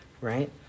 right